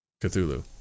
Cthulhu